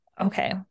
Okay